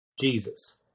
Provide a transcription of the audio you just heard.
Jesus